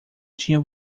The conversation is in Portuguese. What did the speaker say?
tinha